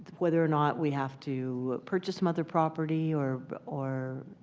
whether or not we have to purchase other property, or or